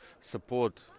support